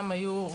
אלה שהיו לפני,